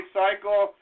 cycle